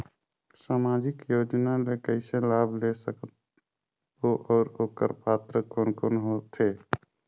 समाजिक योजना ले कइसे लाभ ले सकत बो और ओकर पात्र कोन कोन हो थे?